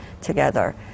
together